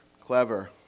Clever